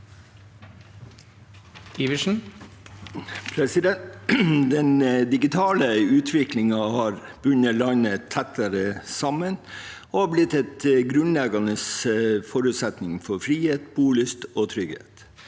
Den digitale utviklingen har bundet landet tettere sammen og blitt en grunnleggende forutsetning for frihet, bolyst og trygghet.